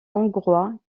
hongrois